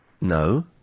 No